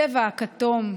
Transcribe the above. הצבע הכתום,